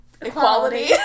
Equality